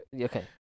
Okay